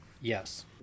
Yes